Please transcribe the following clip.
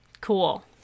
Cool